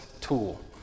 tool